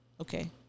Okay